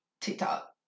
TikTok